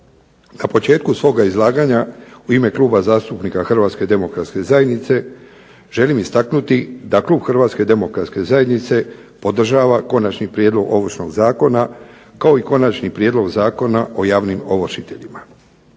Na početku svoga izlaganja u ime Kluba zastupnika HDZ-a želim istaknuti da klub HDZ-a podržava Konačni prijedlog Ovršnog zakona kao i Konačni prijedlog Zakona o javnim ovršiteljima.